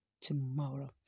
tomorrow